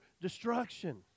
destruction